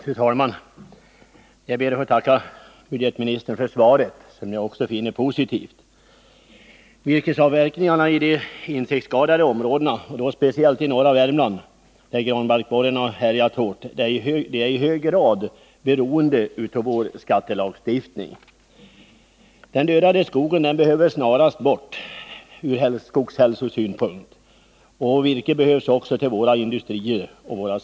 Fru talman! Jag ber att få tacka budgetministern för svaret, som jag finner positivt. Virkesavverkningarna i de insektsskadade områdena — speciellt i norra Värmland, där granbarkborren har härjat hårt — är i hög grad beroende av vår skattelagstiftning. Den skadade och dödade skogen bör emellertid ur skogshälsosynpunkt snarast tas bort, och virke behövs i våra industrier och sågar.